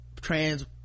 trans